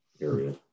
area